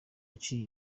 yaciye